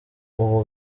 uba